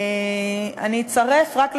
אני אצרף רק,